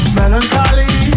melancholy